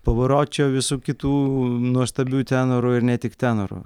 pavaročio visų kitų nuostabių tenorų ir ne tik tenorų